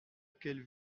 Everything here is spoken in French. quelle